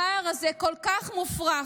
הפער הזה כל כך מופרך,